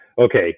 okay